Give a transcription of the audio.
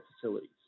facilities